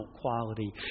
quality